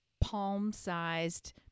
palm-sized